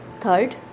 Third